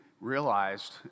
realized